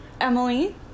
Emily